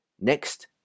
Next